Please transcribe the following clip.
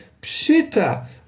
Pshita